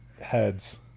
Heads